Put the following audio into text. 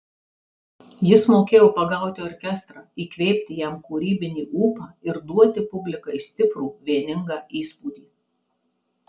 jis mokėjo pagauti orkestrą įkvėpti jam kūrybinį ūpą ir duoti publikai stiprų vieningą įspūdį